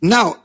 Now